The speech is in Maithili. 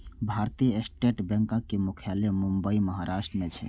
भारतीय स्टेट बैंकक मुख्यालय मुंबई, महाराष्ट्र मे छै